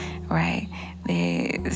right